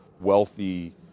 wealthy